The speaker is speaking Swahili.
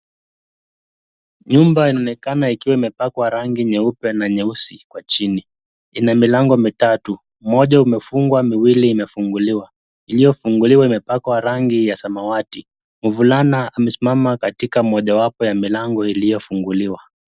Nyuma inaonekana ikiwa imepakwa rangi nyeupe na nyeusi kwa chini. Ina milango mitatu, moja imefungwa, miwili imefunguliwa. Iliyofunguliwa imepakwa rangi ya samawati. Mvulana amesimama katika mojawapo ya milango iliyofunguliwa.